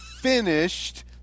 finished